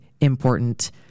important